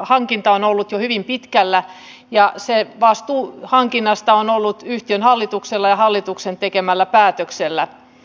hankinta on ollut jo hyvin pitkällä ja se vastuu hankinnasta on ollut yhtiön hallituksella ja hallituksen tekemällä päätöksellä